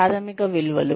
ప్రాథమిక విలువలు